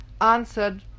answered